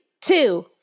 two